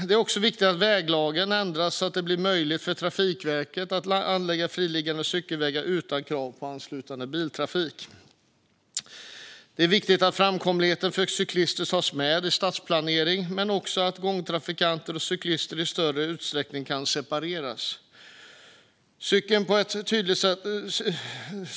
Det är också viktigt att väglagen ändras så att det blir möjligt för Trafikverket att anlägga friliggande cykelvägar utan krav på anslutande biltrafik. Det är viktigt att framkomligheten för cyklister tas med i stadsplaneringen men också att gångtrafikanter och cyklister kan separeras i större utsträckning.